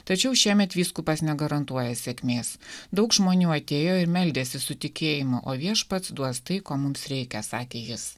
tačiau šiemet vyskupas negarantuoja sėkmės daug žmonių atėjo ir meldėsi su tikėjimu o viešpats duos tai ko mums reikia sakė jis